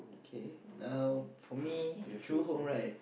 okay now for me true home right